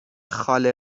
خاله